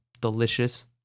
delicious